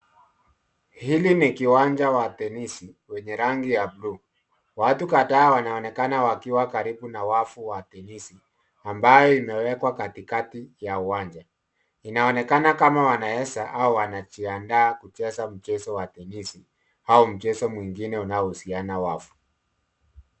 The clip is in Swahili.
Hili ni kiwanja wa tenisi wenye rangi ya buluu. Watu kadhaa wanaonekana wakiwa karibu na wavu wa tenisi ambayo imewekwa katikati ya uwanja. Inaonekana kama wanaeza au wanajiandaa kucheza mchezo wa tenisi au mchezo mwingine unaohusiana wavu.